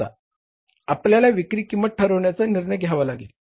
आता आपल्याला विक्री किंमत ठरविण्याचे निर्णय घ्यावे लागेल